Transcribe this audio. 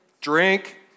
drink